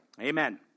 Amen